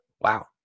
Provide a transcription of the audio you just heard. Wow